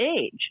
age